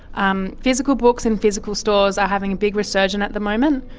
um physical books and physical stores are having a big resurgence at the moment.